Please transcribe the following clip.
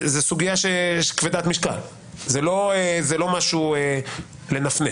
זו סוגיה כבדת משקל, זה לא משהו לנפנף.